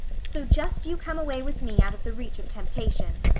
so just you come away with me out of the reach of temptation.